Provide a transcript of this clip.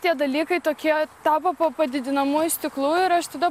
tie dalykai tokie tapo po padidinamuoju stiklu ir aš tada